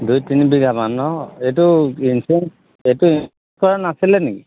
দুই তিনিবিঘামান ন এইটো ইঞ্চুৰেঞ্চ এইটো ইঞ্চুৰেঞ্চ কৰা নাছিলে নেকি